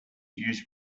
use